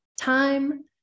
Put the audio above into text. Time